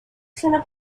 sono